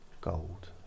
gold